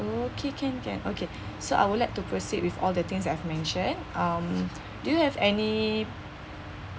okay can can okay so I would like to proceed with all the things I've mentioned um do you have any